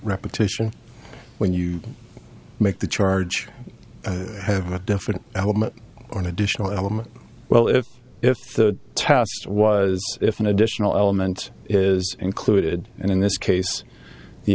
repetition when you make the charge have a different element or an additional element well if if the test was if an additional element is included and in this case the